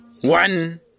One